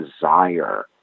desire